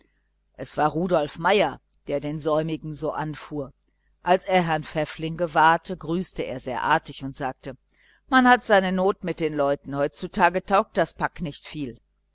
es war rudolf meier der den säumigen so anfuhr als er herrn pfäffling gewahrte grüßte er sehr artig und sagte man hat seine not mit den leuten heutzutage taugt das pack nicht viel